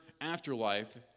afterlife